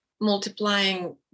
multiplying